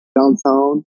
downtown